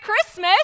Christmas